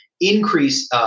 increase